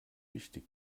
wichtig